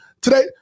today